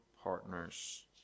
partners